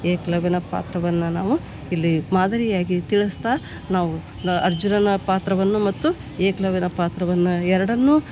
ಏಕಲವ್ಯನ ಪಾತ್ರವನ್ನು ನಾವು ಇಲ್ಲಿ ಮಾದರಿಯಾಗಿ ತಿಳಿಸ್ತಾ ನಾವು ಅರ್ಜುನನ ಪಾತ್ರವನ್ನು ಮತ್ತು ಏಕಲವ್ಯನ ಪಾತ್ರವನ್ನು ಎರಡನ್ನೂ